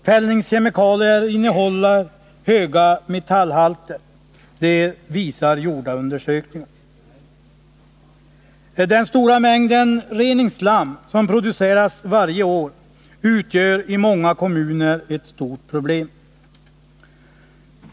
Fällningskemikalier innehåller höga metallhalter — det visar gjorda undersökningar. Den stora mängd reningsslam som produceras varje år utgör i många kommuner ett stort problem.